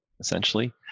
Essentially